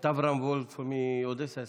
את אברהם וולף מאודסה הזכרת?